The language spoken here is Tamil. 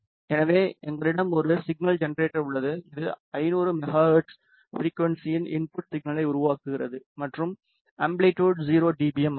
எனவே எங்களிடம் ஒரு சிக்னல் ஜெனரேட்டர் உள்ளது இது 500 மெகா ஹெர்ட்ஸ் ஃபிரிக்குவன்ஸியின் இன்புட் சிக்னலை உருவாக்குகிறது மற்றும் அம்பிலிட்டுட் 0 டிபிஎம் ஆகும்